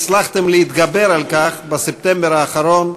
הצלחתם להתגבר על כך בספטמבר האחרון,